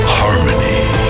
harmony